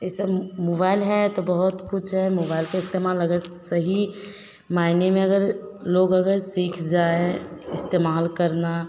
यह सब मु मोबाईल है तो बहुत कुछ है मोबाइल के इस्तेमाल अगर सही मायने में अगर लोग अगर सीख जाएँ इस्तेमाल करना